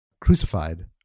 crucified